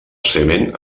semen